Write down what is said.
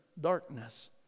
darkness